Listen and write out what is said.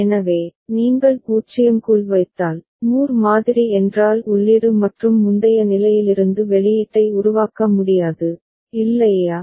எனவே நீங்கள் 0 க்குள் வைத்தால் மூர் மாதிரி என்றால் உள்ளீடு மற்றும் முந்தைய நிலையிலிருந்து வெளியீட்டை உருவாக்க முடியாது இல்லையா